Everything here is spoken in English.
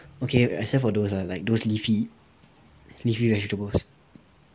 okay except for those ah like those leafy leafy vegetables